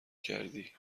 کردی